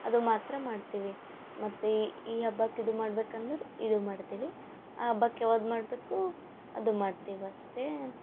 ಅದು ಮಾತ್ರ ಮಾಡ್ತೀವಿ ಮತ್ತು ಇ ಈ ಹಬ್ಬಕ್ಕೆ ಇದು ಮಾಡ್ಬೇಕು ಅಂದರೆ ಇದು ಮಾಡ್ತೀವಿ ಆ ಹಬ್ಬಕ್ ಯಾವುದ್ ಮಾಡಬೇಕು ಅದು ಮಾಡ್ತೀವಿ ಅಷ್ಟೇ